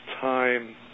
time